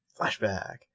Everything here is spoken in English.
flashback